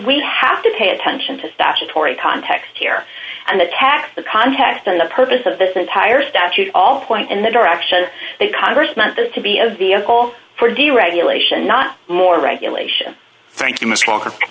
we have to pay attention to statutory context here and the tax the context of the purpose of this entire statute all point in the direction that congress must this to be a vehicle for deregulation not more regulation